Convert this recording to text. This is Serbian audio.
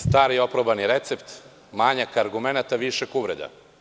Stari i oprobani recept - manjak argumenata, višak uvreda.